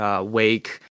Wake